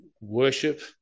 worship